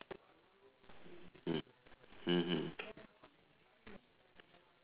mm mmhmm